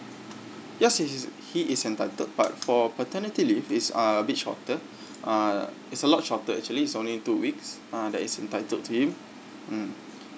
yes he he is entitled but for paternity leave is uh a bit shorter uh it's a lot shorter actually is only two weeks uh that is entitled to him mm